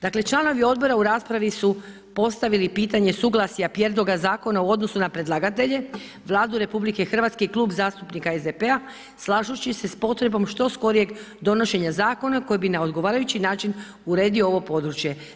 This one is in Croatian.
Dakle, članovi odbora u raspravi su postavili pitanje, suglasja prijedloga zakona u odnosu na predlagatelje, Vladu RH i Klub zastupnika SDP-a, slažući se s potrebom što skorijeg donošenja zakona, koji bi na odgovarajući način uredio ovo područje.